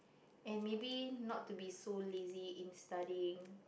and maybe not to be so lazy in studying